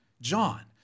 John